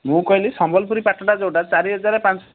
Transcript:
ମୁଁ କହିଲି ସମ୍ବଲପୁରୀ ପାଟଟା ଯେଉଁଟା ଚାରି ହଜାର ପାଞ୍ଚ